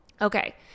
Okay